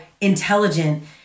intelligent